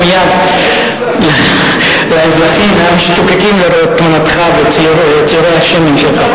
מייד לאזרחים המשתוקקים לראות את תמונתך ואת ציורי השמן שלך.